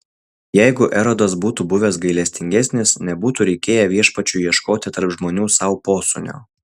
jeigu erodas būtų buvęs gailestingesnis nebūtų reikėję viešpačiui ieškoti tarp žmonių sau posūnio